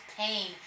pain